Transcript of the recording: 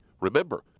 Remember